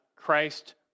Christ